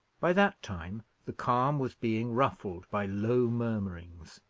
by that time the calm was being ruffled by low murmurings,